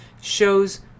shows